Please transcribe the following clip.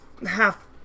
Half